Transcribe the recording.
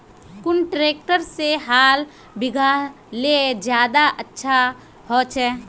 कुन ट्रैक्टर से हाल बिगहा ले ज्यादा अच्छा होचए?